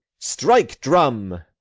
strike, drum.